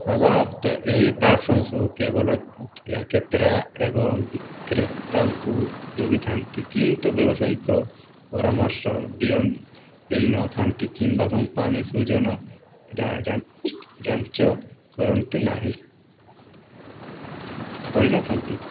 ସାଧାରଣତଃ ଏହି ପ୍ଲାଟଫର୍ମ ସବୁ କେବଲ କ୍ରେତା ଏବଂ ବିକ୍ରେତାଙ୍କୁ ଜଗିଥାନ୍ତି କିନ୍ତୁ ବ୍ୟାବସାୟିକ ପରାମର୍ଶ ଦେଇନଥାନ୍ତି କିମ୍ବା କମ୍ପାନୀ ସୂଜନ ଯାଞ୍ଚ କରନ୍ତିନାହିଁ କରିନଥାନ୍ତି